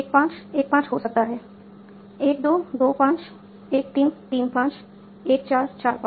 1 5 1 5 हो सकता है 12 25 13 35 14 45